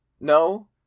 No